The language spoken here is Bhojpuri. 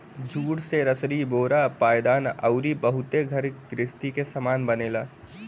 जूट से रसरी बोरा पायदान अउरी बहुते घर गृहस्ती के सामान बनेला